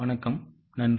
வணக்கம் நன்றி